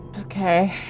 Okay